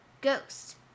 ghost